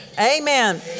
Amen